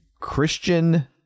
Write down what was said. Christian